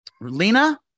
Lena